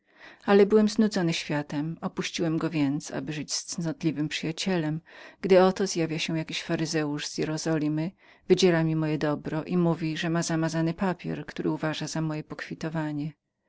ale byłem znudzony światem opuszczam go więc aby żyć z cnotliwym przyjacielem gdy oto zjawia się jakiś faryzeusz z jerozolimy wydziera mi moje dobro i mówi że ma zamazany papier który uważa za moje pokwitowanie dla